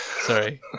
Sorry